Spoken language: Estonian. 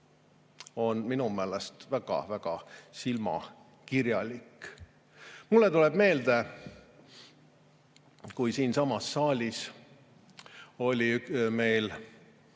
on minu meelest väga-väga silmakirjalik. Mulle tuleb meelde, kui siinsamas saalis oli meil